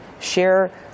share